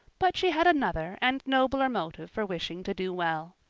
but she had another and nobler motive for wishing to do well.